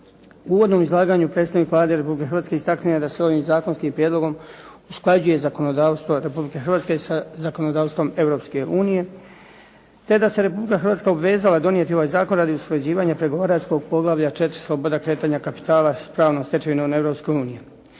uvodnom izlaganju predstavnik Vlade Republike Hrvatske istaknuo je da se ovim zakonskim prijedlogom usklađuje zakonodavstvo Republike Hrvatske sa zakonodavstvom Europske unije te da se Republika Hrvatska obvezala donijeti ovaj zakon radi usklađivanja pregovaračkog poglavlja 4 – Sloboda kretanja kapitala s pravnom stečevinom Europske unije.